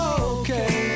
okay